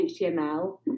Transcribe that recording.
html